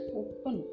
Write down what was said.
open